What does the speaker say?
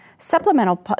Supplemental